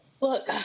Look